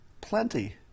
Plenty